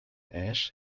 ash